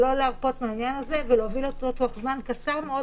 שלא להרפות מהעניין הזה ולהוביל אותו תוך זמן קצר מאוד,